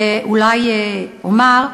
ואולי אומר,